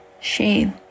shame